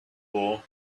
war